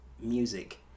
music